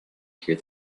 hear